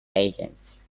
agents